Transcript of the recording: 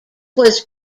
was